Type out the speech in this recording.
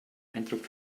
eindruck